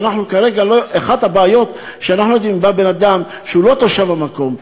אחת הבעיות היא כשבא בן-אדם שהוא לא תושב המקום,